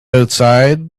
outside